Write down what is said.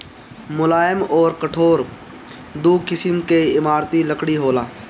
मुलायम अउर कठोर दू किसिम के इमारती लकड़ी होला